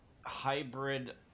hybrid